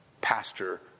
Pastor